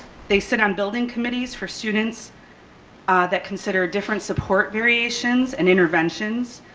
they sit on building committees for students that consider different support variations and interventions.